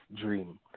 dream